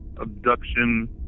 Abduction